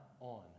on